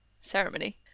ceremony